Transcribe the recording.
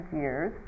years